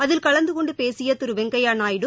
அதில் கலந்துகொண்டபேசியதிருவெங்கையாநாயுடு